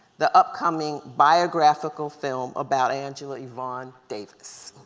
the upcoming biographical film about angela yvonne davis.